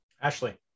Ashley